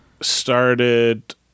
started